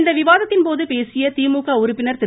இந்த விவாதத்தின்மீது பேசிய திமுக உறுப்பினர் திரு